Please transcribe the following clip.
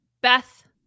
Beth